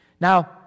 Now